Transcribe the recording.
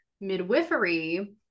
midwifery